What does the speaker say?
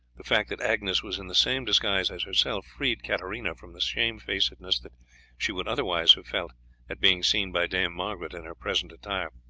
the fact that agnes was in the same disguise as herself freed katarina from the shame-facedness that she would otherwise have felt at being seen by dame margaret in her present attire.